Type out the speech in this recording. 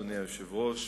אדוני היושב-ראש,